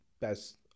best